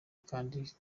kandi